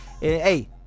hey